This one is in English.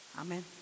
Amen